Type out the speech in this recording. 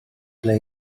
ble